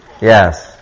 Yes